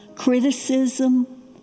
criticism